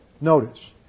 notice